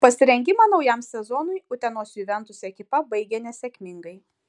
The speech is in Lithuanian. pasirengimą naujam sezonui utenos juventus ekipa baigė nesėkmingai